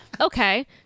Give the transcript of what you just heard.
Okay